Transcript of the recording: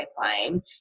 pipeline